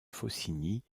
faucigny